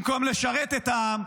במקום לשרת את העם,